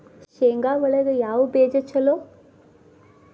ಶೇಂಗಾ ಒಳಗ ಯಾವ ಬೇಜ ಛಲೋ?